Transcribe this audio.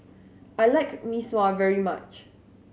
I like Mee Sua very much